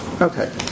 Okay